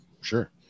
sure